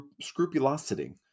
scrupulosity